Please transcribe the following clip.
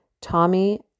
Tommy